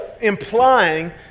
implying